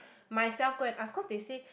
myself go and ask cause they say